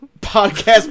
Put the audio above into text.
podcast